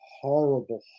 horrible